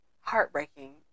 heartbreaking